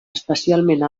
especialment